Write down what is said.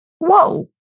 whoa